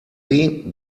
sie